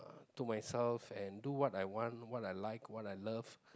to myself and do what I want what I like what I love